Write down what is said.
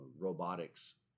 robotics